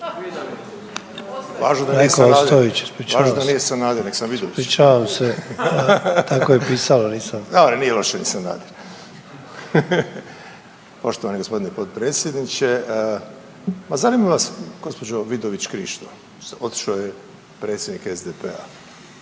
Poštovani gospodine potpredsjedniče, pa zanima nas gospođo Vidović Krišto, otišao je predsjednik SDP-a,